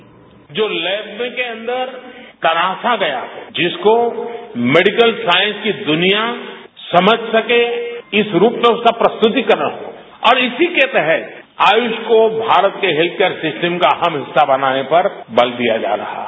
bite प्रधानमंत्री जो lab के अंदर तराशा गया हो जिसको मेडिकल साईंस की दुनिया समझ सके इस रूप में उसका प्रस्तुतीकरण हो और इसी के तहत आयुष को भारत के हेत्थ केयर सिस्टम का अहम हिस्सा बनाने पर बल दिया जा रहा है